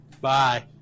Bye